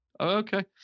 Okay